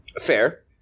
Fair